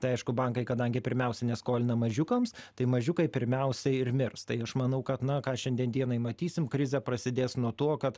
tai aišku bankai kadangi pirmiausia neskolina mažiukams tai mažiukai pirmiausia ir mirs tai aš manau kad na ką šiandien dienai matysim krizė prasidės nuo to kad